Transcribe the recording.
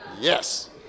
Yes